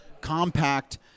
compact